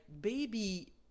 baby